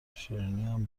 شیرینیم